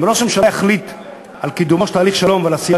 אם ראש הממשלה יחליט על קידומו של תהליך שלום ועל עשיית